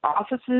offices